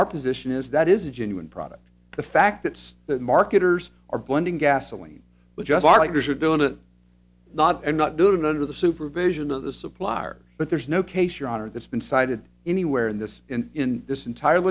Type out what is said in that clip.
our position is that is a genuine product the fact that that marketers are blending gasoline which are you should do in a not and not do it under the supervision of the supplier but there is no case your honor that's been cited anywhere in this in in this entire